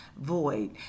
void